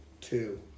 two